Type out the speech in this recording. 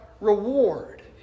reward